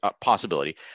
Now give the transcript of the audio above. possibility